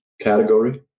category